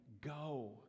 go